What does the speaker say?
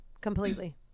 completely